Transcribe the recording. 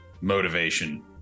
motivation